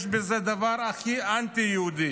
יש בזה דבר הכי אנטי-יהודי.